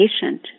patient